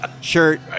shirt